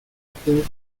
estudios